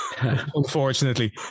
Unfortunately